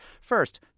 First